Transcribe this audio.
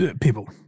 People